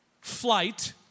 flight